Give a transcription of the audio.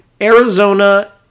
Arizona